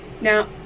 now